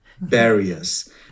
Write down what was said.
barriers